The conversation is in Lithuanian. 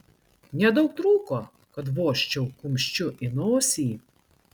nedaug trūko kad vožčiau kumščiu į nosį